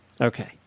Okay